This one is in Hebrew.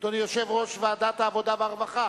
אדוני יושב-ראש ועדת העבודה והרווחה,